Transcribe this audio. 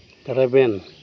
ᱨᱮᱵᱮᱱ